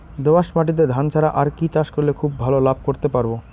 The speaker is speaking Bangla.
দোয়াস মাটিতে ধান ছাড়া আর কি চাষ করলে খুব ভাল লাভ করতে পারব?